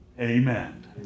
Amen